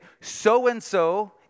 so-and-so